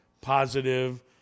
positive